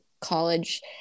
college